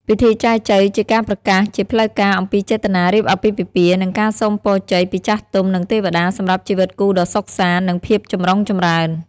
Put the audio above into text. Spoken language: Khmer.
ពិធីចែចូវ ជាការប្រកាសជាផ្លូវការអំពីចេតនារៀបអាពាហ៍ពិពាហ៍ និងការសូមពរជ័យពីចាស់ទុំ និងទេវតា សម្រាប់ជីវិតគូដ៏សុខសាន្ត និងភាពចម្រុងចម្រើន។